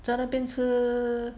在那边吃